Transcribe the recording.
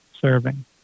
serving